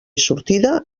sortida